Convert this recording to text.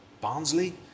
Barnsley